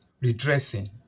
redressing